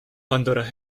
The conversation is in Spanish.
pandora